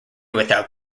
without